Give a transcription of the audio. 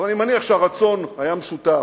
אבל אני מניח שהרצון היה משותף.